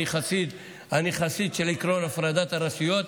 אני חסיד של עקרון הפרדת הרשויות,